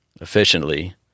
efficiently